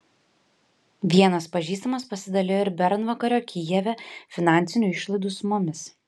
vienas pažįstamas pasidalijo ir bernvakario kijeve finansinių išlaidų sumomis